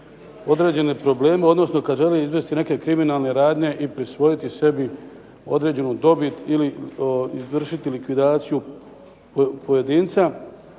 određene probleme, odnosno kad žele izvesti neke kriminalne radnje i prisvojiti sebi određenu dobit ili izvršiti likvidaciju pojedinca